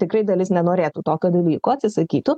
tikrai dalis nenorėtų tokio dalyko atsisakytų